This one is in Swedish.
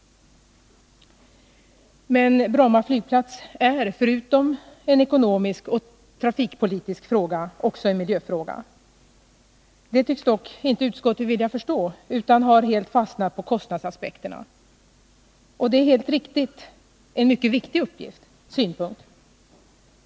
Men frågan om Bromma flygplats är, förutom en ekonomisk och trafikpolitisk fråga, också en miljöfråga. Det tycks dock inte utskottsmajoriteten vilja förstå utan den har helt fastnat på kostnadsaspekterna. Och det är helt riktigt en mycket viktig synpunkt!